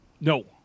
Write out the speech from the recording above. No